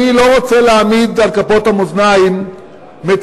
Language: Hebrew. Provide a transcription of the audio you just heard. אני לא רוצה להעמיד על כפות המאזניים מציאות